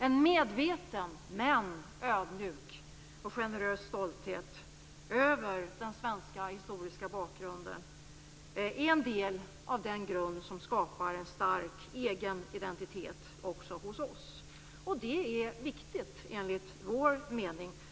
En medveten men ödmjuk och generös stolthet över den svenska historiska bakgrunden är en del av den grund som skapar en stark egen identitet också hos oss. Det är viktigt enligt vår mening.